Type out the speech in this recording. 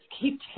keep